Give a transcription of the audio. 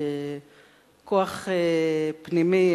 כוח פנימי,